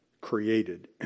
created